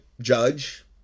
judge